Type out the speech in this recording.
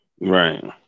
Right